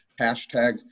hashtag